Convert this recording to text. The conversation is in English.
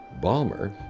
Balmer